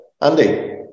Andy